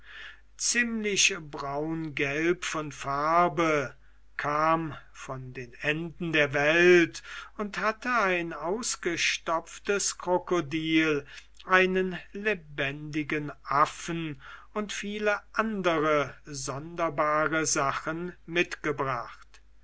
ziemlich braungelb von farbe kam von den enden der welt und hatte ein ausgestopftes krokodil einen lebendigen affen und viele andere sonderbare sachen mitgebracht